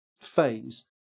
phase